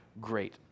great